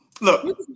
look